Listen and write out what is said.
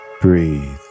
Breathe